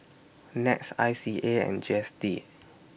Nets I C A and G S T